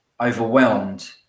overwhelmed